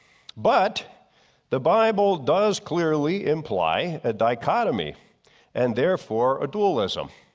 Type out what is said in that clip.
but the bible does clearly imply a dichotomy and therefore a dualism.